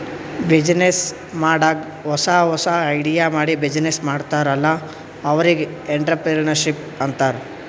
business ಮಾಡಾಗ್ ಹೊಸಾ ಹೊಸಾ ಐಡಿಯಾ ಮಾಡಿ ಬಿಸಿನ್ನೆಸ್ ಮಾಡ್ತಾರ್ ಅಲ್ಲಾ ಅವ್ರಿಗ್ ಎಂಟ್ರರ್ಪ್ರಿನರ್ಶಿಪ್ ಅಂತಾರ್